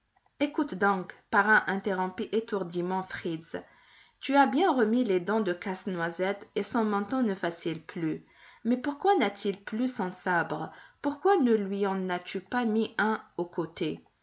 écoute donc parrain interrompit étourdiment fritz tu as bien remis les dents de casse-noisette et son menton ne vacille plus mais pourquoi n'a-t-il plus son sabre pourquoi ne lui en as-tu pas mis un au côté